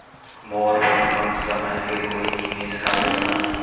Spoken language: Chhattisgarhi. मोर बर कम समय के कोई निवेश हावे का?